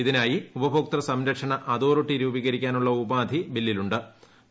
ഇതിനായി ഉപഭോക്തൃ സംരക്ഷണ അത്യോറിറ്റി രൂപീകരിക്കാനുള്ള ഉപാധി ബില്ലിലു ്